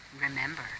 Remember